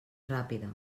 ràpida